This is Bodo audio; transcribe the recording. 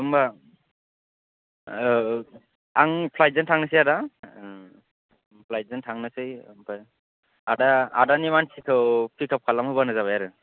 होमबा आं फ्लाइटजों थांनोसै आदा फ्लाइटजों थांनोसै आदा आदानि मानसिखौ फिखाप खालामहोबानो जाबाय आरो